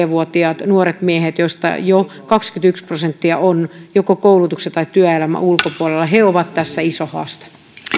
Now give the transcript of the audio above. vuotiaat nuoret miehet joista jo kaksikymmentäyksi prosenttia on joko koulutuksen tai työelämän ulkopuolella ovat tässä iso haaste